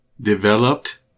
Developed